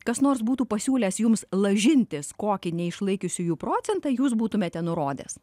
kas nors būtų pasiūlęs jums lažintis kokį neišlaikiusiųjų procentą jūs būtumėte nurodęs